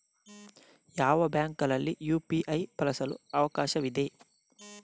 ಯಾವ ಬ್ಯಾಂಕುಗಳಲ್ಲಿ ಯು.ಪಿ.ಐ ಬಳಸಲು ಅವಕಾಶವಿದೆ?